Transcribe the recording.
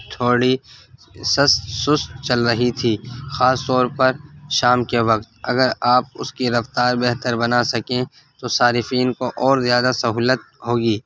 تھوڑی سست سست چل رہی تھی خاص طور پر شام کے وقت اگر آپ اس کی رفتار بہتر بنا سکیں تو صارفین کو اور زیادہ سہولت ہوگی